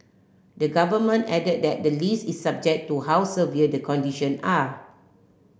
the government added that the list is subject to how severe the conditions are